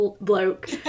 bloke